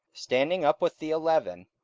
standing up with the eleven,